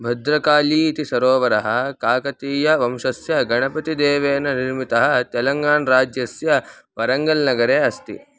भद्रकाली इति सरोवरः काकतीयवंशस्य गणपतिदेवेन निर्मितः तेलङ्गाणा राज्यस्य वरङ्गल्नगरे अस्ति